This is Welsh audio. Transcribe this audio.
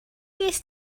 ges